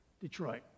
Detroit